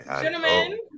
Gentlemen